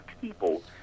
people